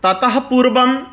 ततः पूर्वं